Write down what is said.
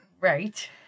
Right